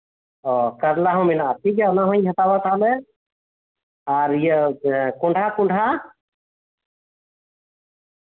ᱚ ᱠᱟᱨᱞᱟ ᱦᱚᱸ ᱢᱮᱱᱟᱜᱼᱟ ᱴᱷᱤᱠ ᱜᱮᱭᱟ ᱚᱱᱟ ᱦᱚᱸᱧ ᱦᱟᱛᱟᱣᱟ ᱛᱟᱦᱞᱮ ᱟᱨ ᱤᱭᱟᱹ ᱠᱚᱸᱰᱷᱟ ᱠᱚᱸᱰᱷᱟ